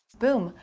boom.